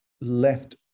left